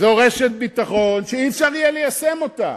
זו רשת ביטחון שלא יהיה אפשר ליישם אותה.